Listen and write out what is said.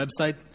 website